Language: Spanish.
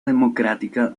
democrática